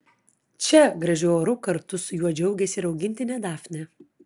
čia gražiu oru kartu su juo džiaugiasi ir augintinė dafnė